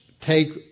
take